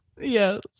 Yes